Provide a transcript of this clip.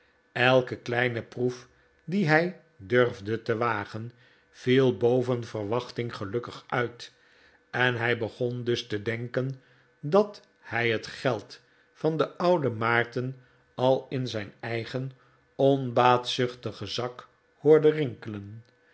elke kleine proef die hij durfde te wagen viel boven verwachting gelukkig uit en hij begon dus te denken dat hij het geld van den ouden maarten al in zijn eigen onbaatzuchtigen zak hoorde rinkelen